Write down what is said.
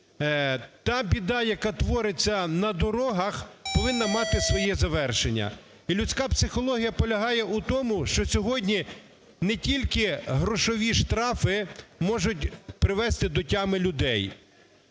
та біда, яка твориться на дорогах, повинна мати своє завершення. І людська психологія полягає в тому, що сьогодні не тільки грошові штрафи можуть привести до тями людей.